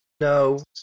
No